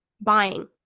buying